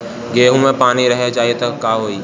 गेंहू मे पानी रह जाई त का होई?